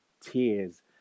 Tears